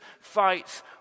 fights